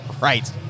right